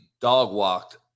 dog-walked